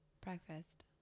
breakfast